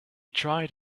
tried